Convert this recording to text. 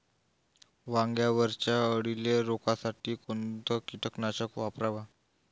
वांग्यावरच्या अळीले रोकासाठी कोनतं कीटकनाशक वापराव?